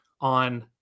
on